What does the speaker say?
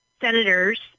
senators